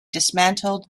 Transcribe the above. dismantled